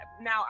Now